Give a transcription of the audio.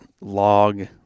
log